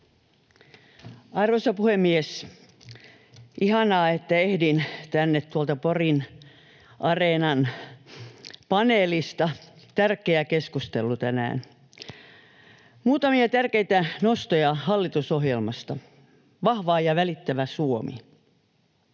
Arvoisa puhemies! Ihanaa, että ehdin tänne tuolta Porin areenan paneelista — tärkeä keskustelu tänään. Oli muutamia tärkeitä nostoja hallitusohjelmasta Vahva ja välittävä Suomi.